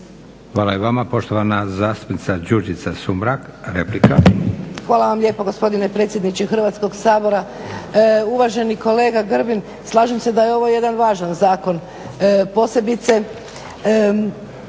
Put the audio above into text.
Hvala i vama. Poštovana zastupnica Đurđica Sumrak, replika. **Sumrak, Đurđica (HDZ)** Hvala vam lijepo gospodine predsjedniče Hrvatskog sabora. Uvaženi kolega Grbin, slažem se da je ovo jedan važan zakon, posebice